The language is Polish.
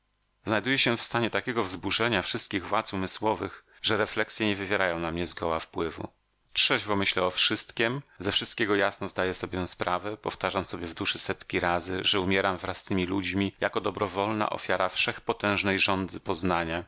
znajduję się w stanie takiego wzburzenia wszystkich władz umysłowych że refleksje nie wywierają na mnie zgoła wpływu trzeźwo myślę o wszystkiem ze wszystkiego jasno zdaję sobie sprawę powtarzam sobie w duszy setki razy że umieram wraz z tymi ludźmi jako dobrowolna ofiara wszechpotężnej żądzy poznania